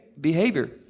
behavior